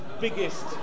biggest